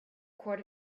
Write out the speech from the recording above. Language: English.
quart